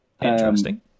Interesting